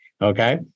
okay